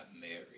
married